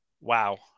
Wow